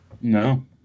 No